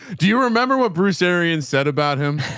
do you remember what bruce ariens said about him?